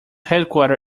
headquarter